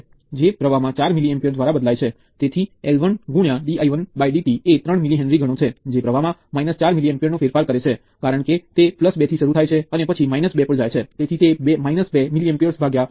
તેથી આ તત્વનો પ્રવાહ એ અન્ય તત્વમા ના પ્રવાહ જેવો જ હશે આ કિર્ચહોફના પ્રવાહ ના નિયમ દ્વારા લાગુ કરવામાં આવે છે આને આપણે કયા તત્વો સાથે કનેક્ટ કર્યું છે તેની સાથે કંઈ કરવાનું નથી